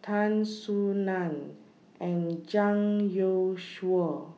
Tan Soo NAN and Zhang Youshuo